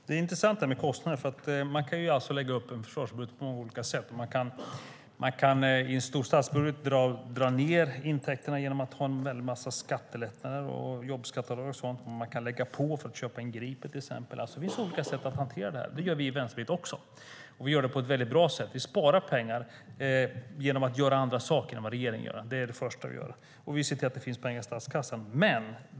Herr talman! Det är intressant det här med kostnader. Man kan lägga upp en försvarsbudget på många olika sätt. Man kan i en stor statsbudget dra ned intäkterna genom att ha en väldig massa skattelättnader, jobbskatteavdrag och sådant, men man kan lägga på för att till exempel köpa in Gripen. Det finns alltså olika sätt att hantera det här. Det gör vi i Vänsterpartiet också, och vi gör det på ett väldigt bra sätt - vi sparar pengar genom att göra andra saker än vad regeringen gör. Det är det första vi gör. Vi ser också till att det finns pengar i statskassan.